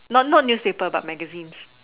not not newspaper but magazine